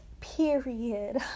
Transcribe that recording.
Period